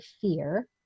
fear